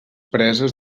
preses